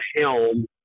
helm